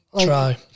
Try